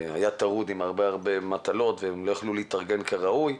וטרוד עם הרבה מטלות והם לא יכלו להתארגן כראוי,